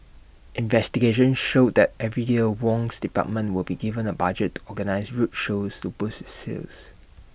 investigation showed that every year Wong's department would be given A budget to organise road shows to boost its sales